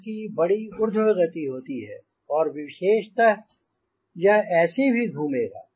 इसकी बड़ी उर्ध्व गति होती है और विशेषतः यह ऐसे भी घूमेगा